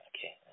okay